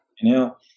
Inhale